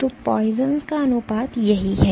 तो Poisson's का अनुपात यही है